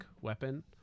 weapon